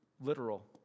literal